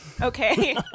Okay